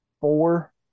four